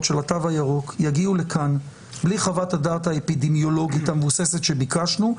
של התו הירוק יגיעו לכאן בלי חוות הדעת האפידמיולוגית המבוססת שביקשנו,